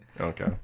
Okay